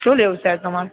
શું લેવું છે સાહેબ તમારે